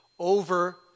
over